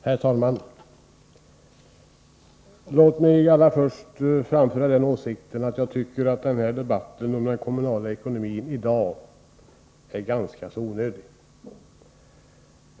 Herr talman! Låt mig allra först framhålla, att jag tycker att debatten om den kommunala ekonomin i dag är ganska onödig.